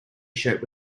tshirt